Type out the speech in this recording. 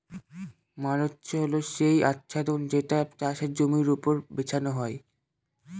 mulch হল সেই আচ্ছাদন যেটা চাষের জমির ওপর বিছানো হয়